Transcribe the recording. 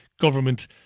government